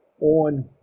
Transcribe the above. on